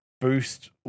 boost